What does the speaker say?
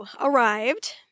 arrived